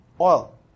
oil